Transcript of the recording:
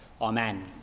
Amen